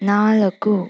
ನಾಲ್ಕು